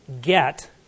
get